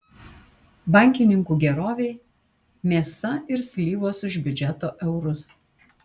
bankininkų gerovei mėsa ir slyvos už biudžeto eurus